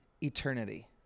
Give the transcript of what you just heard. Eternity